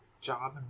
job